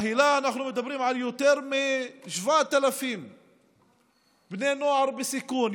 בתוכנית היל"ה אנחנו מדברים על יותר מ-7,000 בני נוער בסיכון,